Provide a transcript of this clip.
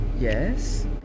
Yes